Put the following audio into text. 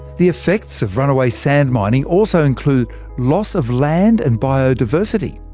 the effects of runaway sand mining also include loss of land and biodiversity,